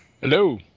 Hello